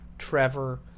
trevor